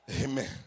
Amen